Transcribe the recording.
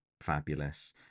fabulous